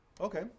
Okay